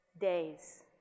Days